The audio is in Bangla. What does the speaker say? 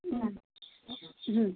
হুম